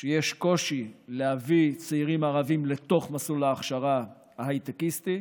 שיש קושי להביא צעירים ערבים לתוך מסלול ההכשרה ההייטקיסטי,